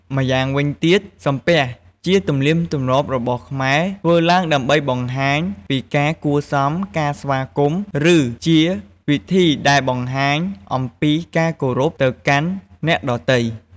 ម៉្យាងវិញទៀតសំពះជាទំនៀមទម្លាប់របស់ខ្មែរ ធ្វើឡើងដើម្បីបង្ហាញពីការគួរសម ការស្វាគមន៍ ឬជាវិធីដែលបង្ហាញអំពីការគោរពទៅកាន់អ្នកដ៏ទៃ។